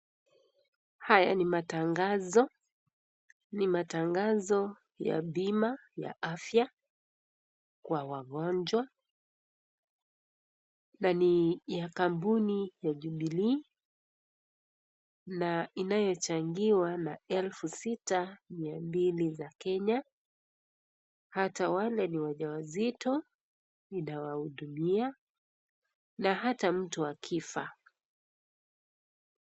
Haya ni matangazo, ni matangazo ya bima ya afya kwa wagonjwa, na ni ya kampuni ya Jubilee, na inayo changiwa na elfu sita mia mbili za Kenya, hata wale ni wajawazito nitawahudumia, na hata mtu akifa.